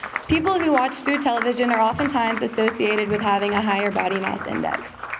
people who watch food television are oftentimes associated with having a higher body mass index.